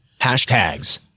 hashtags